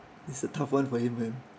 it's a tough [one] for him man